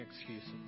excuses